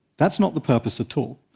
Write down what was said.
that's not the purpose at all.